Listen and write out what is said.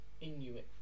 Inuit